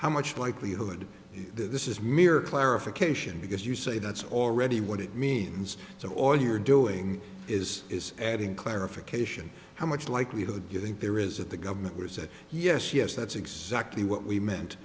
how much likelihood this is mere clarification because you say that's already what it means so all you're doing is is adding clarification how much likelihood you think there is at the government was that yes yes that's exactly what we meant